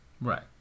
Right